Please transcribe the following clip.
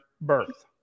birth